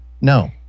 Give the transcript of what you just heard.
No